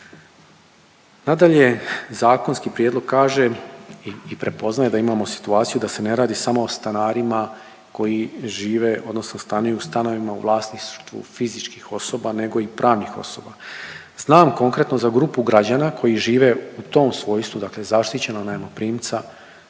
Nadalje, zakonski prijedlog kaže i prepoznaje da imamo situaciju da se ne radi samo o stanarima koji žive odnosno stanuju u stanovima u vlasništvu fizičkih osoba nego i pravnih osoba. Znam konkretno za grupu građana koji žive u tom svojstvu, dakle zaštićenog najmoprimca,